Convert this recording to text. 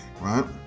right